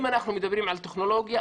אם אנחנו מדברים על טכנולוגיה,